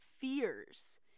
fears